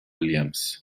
williams